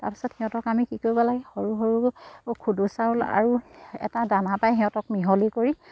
তাৰ পিছত সিহঁতক আমি কি কৰিব লাগে সৰু সৰু খুদু চাউল আৰু এটা দানা পাই সিহঁতক মিহলি কৰি